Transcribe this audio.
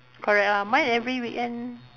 correct lah mine every weekend